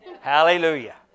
Hallelujah